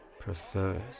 prefers